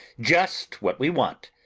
just what we want,